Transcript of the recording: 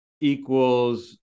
equals